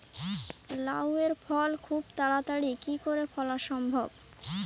লাউ এর ফল খুব তাড়াতাড়ি কি করে ফলা সম্ভব?